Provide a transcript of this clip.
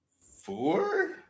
four